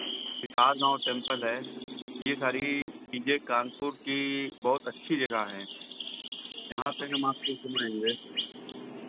Bhitargaon temple है ये सारी चीज़ें कानपुर की बहुत अच्छी जगह हैं यहाँ पे हम आपको घुमाएँगे